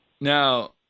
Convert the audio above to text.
Now